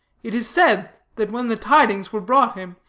it is said that when the tidings were brought him,